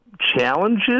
challenges